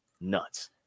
nuts